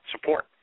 support